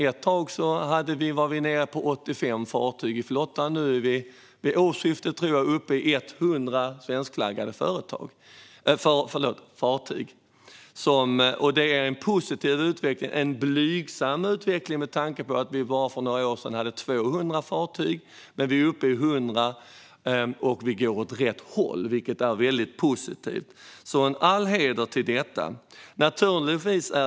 Ett tag var vi nere i 85 svenskflaggade fartyg i flottan, och vid årsskiftet, tror jag, var vi uppe i 100. Det är en blygsam utveckling med tanke på att vi för bara några år sedan hade 200 svenskflaggade fartyg. Men nu är vi uppe i 100 och det går åt rätt håll, vilket är väldigt positivt. Så all heder för detta!